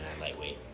lightweight